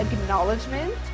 acknowledgement